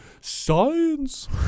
Science